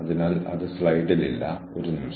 അല്ലെങ്കിൽ നിങ്ങൾ ആർക്കൊക്കെ ഉത്തരം നൽകണം